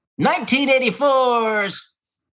1984's